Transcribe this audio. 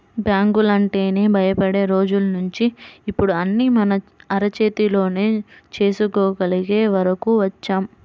బ్యాంకులంటేనే భయపడే రోజుల్నించి ఇప్పుడు అన్నీ మన అరచేతిలోనే చేసుకోగలిగే వరకు వచ్చాం